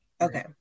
Okay